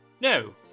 No